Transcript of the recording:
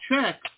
check